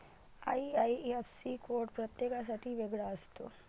IIFC code प्रत्येकासाठी वेगळा असतो